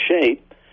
shape